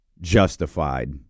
justified